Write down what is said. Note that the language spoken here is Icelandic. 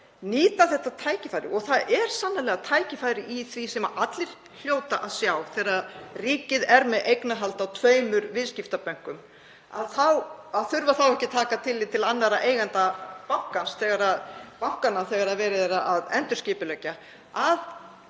nýta þetta tækifæri — og það er sannarlega tækifæri í því sem allir hljóta að sjá þegar ríkið er með eignarhald á tveimur viðskiptabönkum, þá þarf ekki að taka tillit til annarra eigenda bankanna þegar verið er að endurskipuleggja